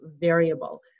variable